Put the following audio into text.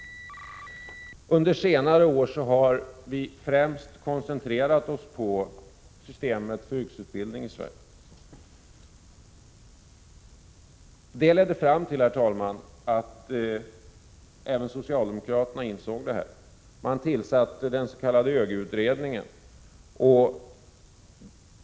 Under senare år har vi främst koncentrerat oss på utvecklande av system för yrkesutbildning i Sverige. Det harlett fram till att även socialdemokraternainsett att det finns behov för det. Man tillsatte den s.k. ÖGY-utredningen.